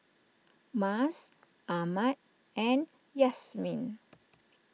Mas Ahmad and Yasmin